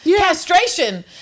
Castration